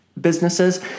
businesses